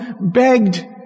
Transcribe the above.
begged